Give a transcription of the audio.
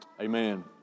Amen